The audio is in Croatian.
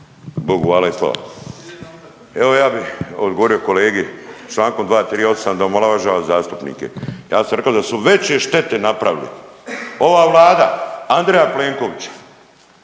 Bogu hvala i slava. Evo ja bi odgovorio kolegi čl. 238. da omalovažava zastupnike. Ja sam rekao da su veće štete napravili, ova vlada Andreja Plenkovića